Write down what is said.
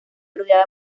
rodeada